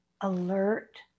alert